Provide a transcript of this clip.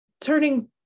turning